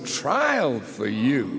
trial for you